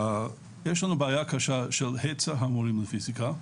יש לנו בעיה קשה של היצע המורים לפיזיקה,